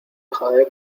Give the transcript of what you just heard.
dejaré